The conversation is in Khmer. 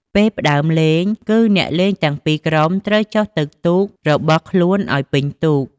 ពេលផ្តើមលេងគឺ អ្នកលេងទាំងពីរក្រុម ត្រូវចុះទៅទូករបស់ខ្លួនឲ្យពេញទូក ។